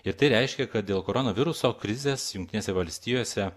ir tai reiškia kad dėl koronaviruso krizės jungtinėse valstijose